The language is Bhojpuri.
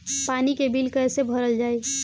पानी के बिल कैसे भरल जाइ?